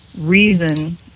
reason